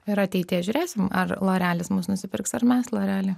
ir ateityje žiūrėsim ar lorealis mus nusipirks ar mes lorealį